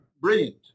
brilliant